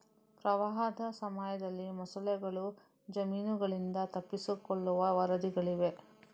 ಪ್ರವಾಹದ ಸಮಯದಲ್ಲಿ ಮೊಸಳೆಗಳು ಜಮೀನುಗಳಿಂದ ತಪ್ಪಿಸಿಕೊಳ್ಳುವ ವರದಿಗಳಿವೆ